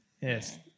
Yes